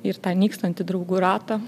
ir tą nykstantį draugų ratą